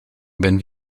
wenn